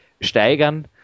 steigern